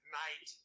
night